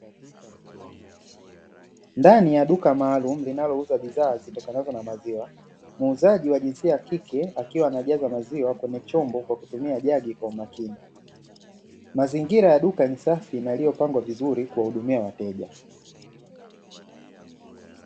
Ndani ya duka maalumu linalo uza bidhaa zitokanazo na maziwa muuzaji wa jinsia ya kike akiwa anajaza maziwa kwenye chombo kwa kutumia jagi kwa makini, mazingira ya duka ni safi na yaliyopangwa vizuri kuwahudumia wateja.